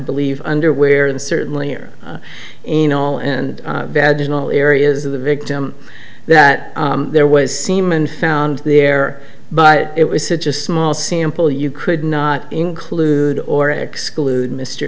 believe underwear and certainly here in all and bad in all areas of the victim that there was semen found there but it was such a small sample you could not include or exclude mr